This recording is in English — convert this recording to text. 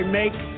make